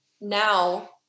now